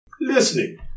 Listening